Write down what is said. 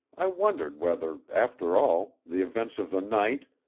i wondered whether, after all, the events of the night,